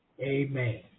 Amen